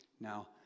Now